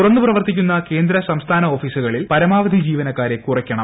തുറന്നു പ്രവർത്തിക്കുന്ന കേന്ദ്ര സംസ്ഥാന ഓഫീസുകളിൽ പരമാവധി ജീവനക്കാരെ കുറയ്ക്കണം